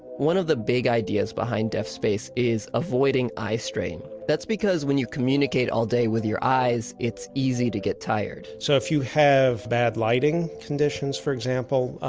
one of the big ideas behind deafspace is avoiding eye strain. that's because when you communicate all day with your eyes, it's easy to get tired so if you have bad lighting conditions, for example,